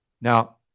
Now